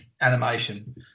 animation